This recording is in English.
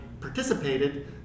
participated